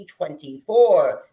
2024